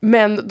Men